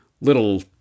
little